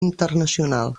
internacional